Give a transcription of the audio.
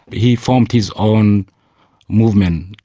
but he formed his own movement,